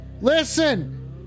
listen